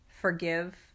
forgive